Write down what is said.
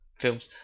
films